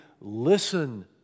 listen